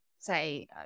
Say